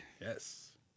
Yes